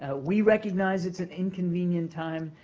ah we recognize it's an inconvenient time.